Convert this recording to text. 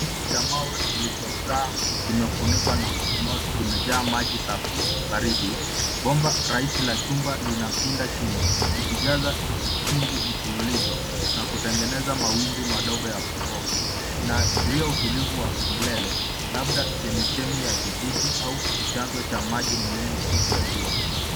Chungu cha mawe kilichokaa kimefunikwa na moss kimejaa maji safi baridi. Bomba rahisi la chumba linapinda chini, likijaza chungu mfululizo na kutengeneza mawimbi madogo ya povu. Inaashiria utulivu wa milele, labda chemichemi ya vijiji au chanzo cha maji muhimu siku ya jua.